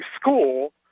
school